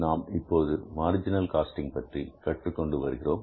நாம் இப்போது marginal costing பற்றி கற்றுக் கொண்டு வருகிறோம்